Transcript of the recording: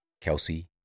Kelsey